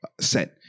set